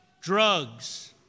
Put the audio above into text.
drugs